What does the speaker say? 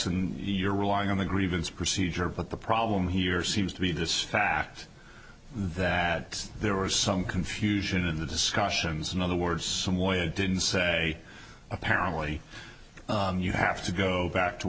relying on the grievance procedure but the problem here seems to be this fact that there was some confusion in the discussions in other words some way didn't say apparently you have to go back to